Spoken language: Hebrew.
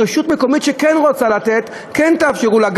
רשות מקומית שכן רוצה לתת, כן תאפשרו לה.